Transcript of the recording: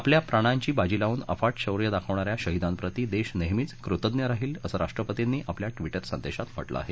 आपल्या प्राणांची बाजी लावून अफा शोर्य दाखवणाऱ्या शहीदांप्रती देश नेहमीच कृतज्ञ राहील असं राष्ट्रपतींनी आपल्या िक्रीित संदेशात म्हाक आहे